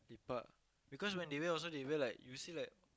lepak because when they wear also they wear like you see like